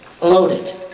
loaded